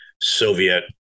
Soviet